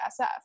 SF